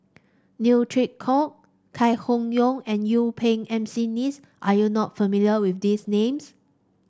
Neo Chwee Kok Chai Hon Yoong and Yuen Peng McNeice are you not familiar with these names